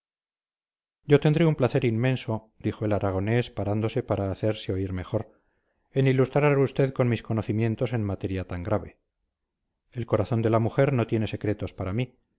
yo tendré un placer inmenso dijo el aragonés parándose para hacerse oír mejor en ilustrar a usted con mis conocimientos en materia tan grave el corazón de la mujer no tiene secretos para mí